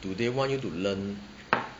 do they want you to learn